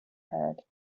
heard